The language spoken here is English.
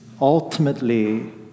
Ultimately